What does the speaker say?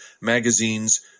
magazines